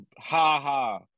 ha-ha